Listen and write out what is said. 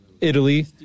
Italy